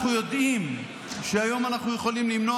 אנחנו יודעים שהיום אנחנו יכולים למנוע